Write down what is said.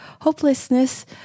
hopelessness